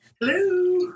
Hello